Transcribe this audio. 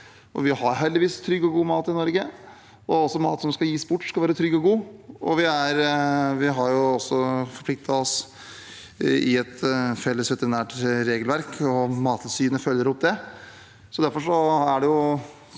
vi har heldigvis trygg og god mat i Norge. Også mat som skal gis bort, skal være trygg og god. Vi har også forpliktet oss i et felles veterinært regelverk, og Mattilsynet følger opp det.